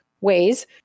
ways